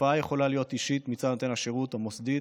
התופעה יכולה להיות אישית מצד נותן השירות או מוסדית,